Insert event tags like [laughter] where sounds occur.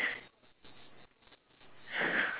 [laughs]